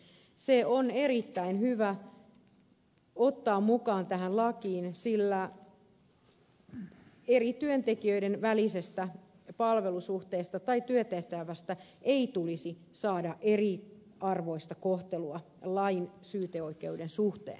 ne on erittäin hyvä ottaa mukaan tähän lakiin sillä eri työntekijöiden välisestä palvelussuhteesta tai työtehtävästä ei tulisi saada eriarvoista kohtelua lain syyteoikeuden suhteen